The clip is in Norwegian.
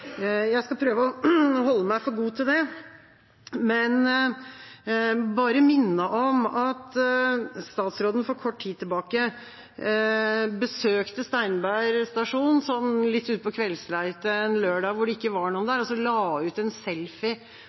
Jeg skal prøve å holde meg for god til det, men bare minne om at statsråden for kort tid tilbake besøkte Steinberg stasjon sånn litt utpå kveldsleite en lørdag, hvor det ikke var noen der, og la ut en